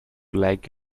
like